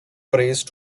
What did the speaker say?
praise